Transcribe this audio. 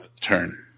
turn